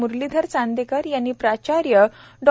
मुरलीधर चांदेकर यांनी प्राचार्य डॉ